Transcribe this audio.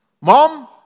Mom